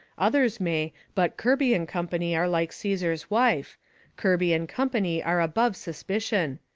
others may, but kirby and company are like caesar's wife kirby and company are above suspicion.